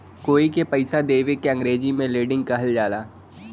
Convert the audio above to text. कोई के पइसा देवे के अंग्रेजी में लेंडिग कहल जाला